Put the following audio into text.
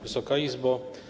Wysoka Izbo!